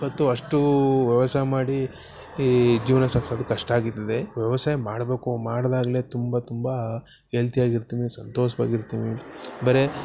ಇವತ್ತು ಅಷ್ಟೂ ವ್ಯವಸಾಯ ಮಾಡಿ ಈ ಜೀವನ ಸಾಗ್ಸೋದು ಕಷ್ಟ ಆಗಿರ್ತದೆ ವ್ಯವಸಾಯ ಮಾಡಬೇಕು ಮಾಡ್ದಾಗಲೇ ತುಂಬ ತುಂಬ ಹೆಲ್ತಿಯಾಗಿರ್ತೀನಿ ಸಂತೋಷ್ವಾಗಿರ್ತೀನಿ ಬರೀ